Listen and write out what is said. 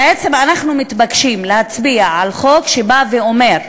בעצם אנחנו מתבקשים להצביע על חוק שבא ואומר,